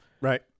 Right